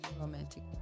romantic